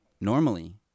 normally